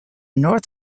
north